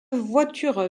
voiture